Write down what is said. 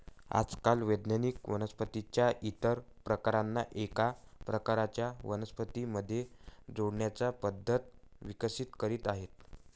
आजकाल वैज्ञानिक वनस्पतीं च्या इतर प्रकारांना एका प्रकारच्या वनस्पतीं मध्ये जोडण्याच्या पद्धती विकसित करीत आहेत